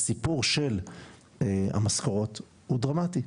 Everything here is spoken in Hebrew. הסיפור של המשכורות הוא דרמטי,